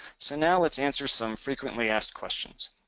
so now, let's answer some frequently asked questions.